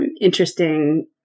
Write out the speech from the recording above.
interesting